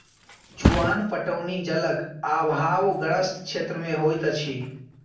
चुआन पटौनी जलक आभावग्रस्त क्षेत्र मे होइत अछि